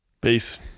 Peace